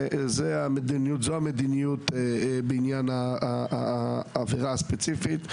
זו המדיניות בעניין העבירה הספציפית,